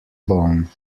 bone